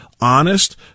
honest